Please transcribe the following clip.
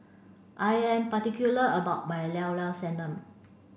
I am particular about my Liao Liao Sanum